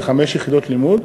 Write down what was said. זה חמש יחידות לימוד,